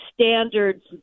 standards